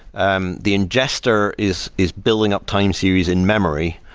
um the ingester is is billing up time series in-memory.